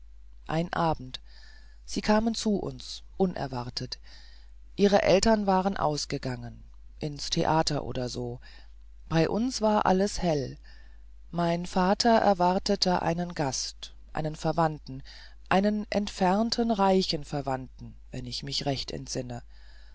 ein abend sie kamen zu uns unerwartet ihre eltern waren ausgegangen ins theater oder so bei uns war alles hell mein vater erwartete einen gast einen verwandten einen entfernten reichen verwandten wenn ich mich recht entsinne